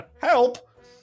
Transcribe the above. Help